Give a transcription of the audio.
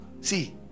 see